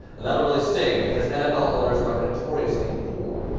and that will really sting because nfl owners are notoriously poor.